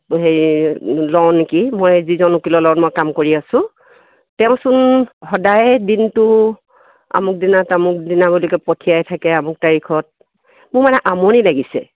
হেৰি লওঁ নেকি মই যিজন উকীলৰ লগত মই কাম কৰি আছোঁ তেওঁচোন সদায়ে দিনটো আমুক দিনা তামুক দিনা বুলিকৈ পঠিয়াই থাকে আমুক তাৰিখত মোৰ মানে আমনি লাগিছে